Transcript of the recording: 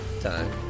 time